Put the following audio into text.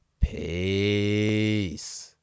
peace